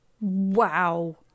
wow